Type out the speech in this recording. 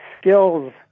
skills